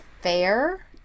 fair